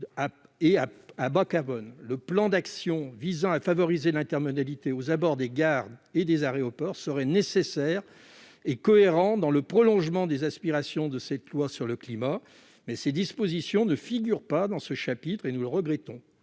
et à bas-carbone. Un plan d'action visant à développer l'intermodalité aux abords des gares et des aéroports est nécessaire. Il serait cohérent de l'inscrire dans le prolongement des aspirations de cette loi sur le climat. Ces dispositions ne figurent pas dans ce chapitre, et nous le regrettons.